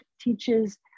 teaches